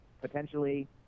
potentially